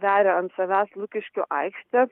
veria ant savęs lukiškių aikštę